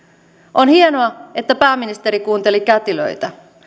on hienoa että pääministeri kuunteli kätilöitä